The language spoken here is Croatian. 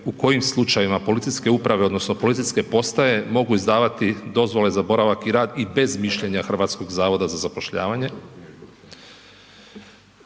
u kojim slučajevima policijske uprave, odnosno policijske postaje mogu izdavati dozvole za boravak i rad i bez mišljenja HZZ-a. Tu se radi o državljanima